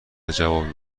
جواب